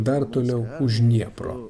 dar toliau už dniepro